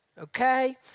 Okay